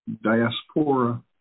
diaspora